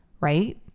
Right